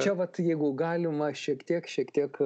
čia vat jeigu galima šiek tiek šiek tiek